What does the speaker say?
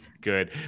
good